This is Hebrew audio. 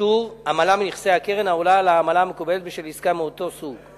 קשור עמלה מנכסי הקרן העולה על העמלה המקובלת בשל עסקה מאותו סוג.